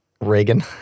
Reagan